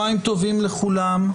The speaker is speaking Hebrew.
צהריים טובים לכולם,